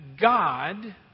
God